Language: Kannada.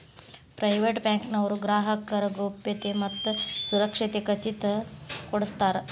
ಪ್ರೈವೇಟ್ ಬ್ಯಾಂಕ್ ನವರು ಗ್ರಾಹಕರ ಗೌಪ್ಯತೆ ಮತ್ತ ಸುರಕ್ಷತೆ ಖಚಿತ ಕೊಡ್ಸತಾರ